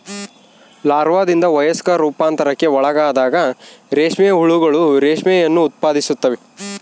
ಲಾರ್ವಾದಿಂದ ವಯಸ್ಕ ರೂಪಾಂತರಕ್ಕೆ ಒಳಗಾದಾಗ ರೇಷ್ಮೆ ಹುಳುಗಳು ರೇಷ್ಮೆಯನ್ನು ಉತ್ಪಾದಿಸುತ್ತವೆ